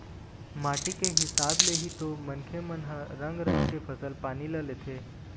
माटी के हिसाब ले ही तो मनखे मन ह रंग रंग के फसल पानी ल लेथे